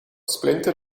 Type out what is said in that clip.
splinter